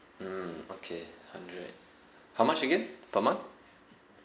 mm okay hundred how much again per month